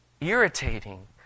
irritating